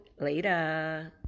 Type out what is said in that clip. Later